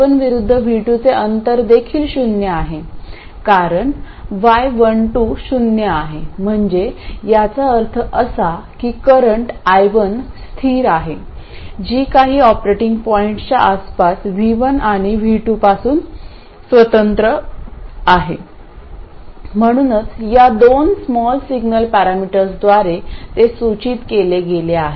I1 विरुद्ध V2 चे अंतर देखील शून्य आहे कारण y12 शून्य आहे म्हणजे याचा अर्थ असा की करंट I1 स्थिर आहे जी काही ऑपरेटिंग पॉईंट्सच्या आसपास V1 आणि V2 पासून स्वतंत्र आहे म्हणूनच या दोन स्मॉल सिग्नल पॅरामीटर्सद्वारे ते सूचित केले गेले आहे